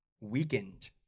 weakened